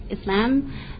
Islam